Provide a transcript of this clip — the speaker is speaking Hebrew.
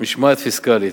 משמעת פיסקלית.